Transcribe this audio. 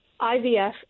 IVF